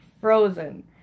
Frozen